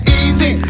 easy